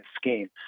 scheme